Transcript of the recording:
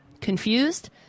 Confused